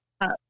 up